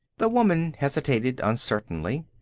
the woman hesitated uncertainly.